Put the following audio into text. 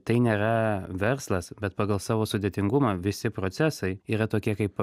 tai nėra verslas bet pagal savo sudėtingumą visi procesai yra tokie kaip